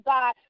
God